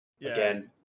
again